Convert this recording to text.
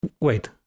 Wait